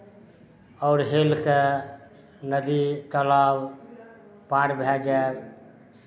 आओर हेलि कऽ नदी तालाब पार भए जायब